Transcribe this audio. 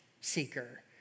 seeker